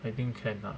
I think can lah